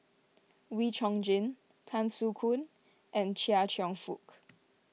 Wee Chong Jin Tan Soo Khoon and Chia Cheong Fook